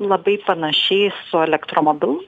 labai panašiai su elektromobilu